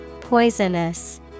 Poisonous